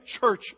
church